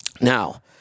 now